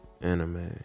anime